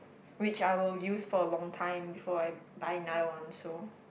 which I will use for a long time before I buy another one so